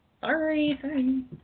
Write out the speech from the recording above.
Sorry